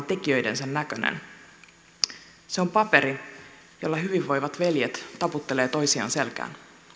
tekijöidensä näköinen se on paperi jolla hyvinvoivat veljet taputtelevat toisiaan selkään